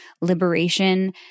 liberation